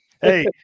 Hey